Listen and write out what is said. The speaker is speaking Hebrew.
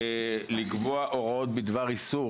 לקבוע הוראות בדבר איסור,